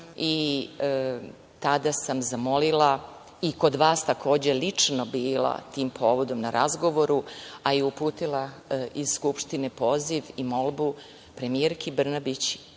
i tada sam zamolila, i kod vas takođe lično bila tim povodom na razgovoru, a i uputila iz Skupštine poziv i molbu premijerki Brnabić,